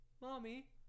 mommy